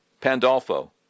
Pandolfo